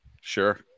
Sure